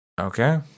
Okay